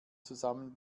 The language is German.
zusammen